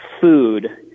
food